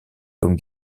comme